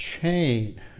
chain